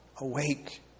Awake